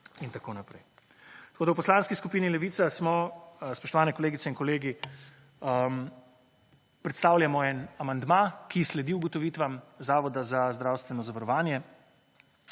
in tako naprej. Tako, da v Poslanski skupini Levica smo, spoštovane kolegice in kolegi, predstavljamo en amandma, ki sledi ugotovitvam Zavoda za zdravstveno zavarovanje